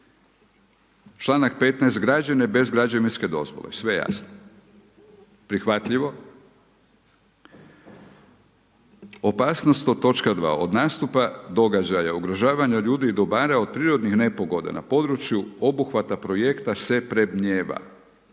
članak 15. građene bez građevinske dozvole, sve jasno, prihvatljivo. Opasnost od, točka 2., od nastupa događaja, ugrožavanja ljudi i dobara od prirodnih nepogoda na području obuhvata projekta se predmnijeva,